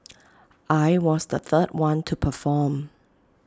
I was the third one to perform